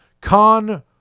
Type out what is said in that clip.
Khan